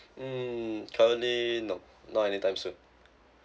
mm currently nope no anytime soon